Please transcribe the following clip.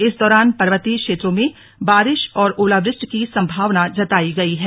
इस दौरान पर्वतीय क्षेत्रों में बारिश और ओलावृष्टि की संभावना जतायी गई है